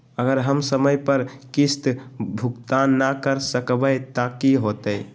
अगर हम समय पर किस्त भुकतान न कर सकवै त की होतै?